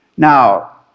Now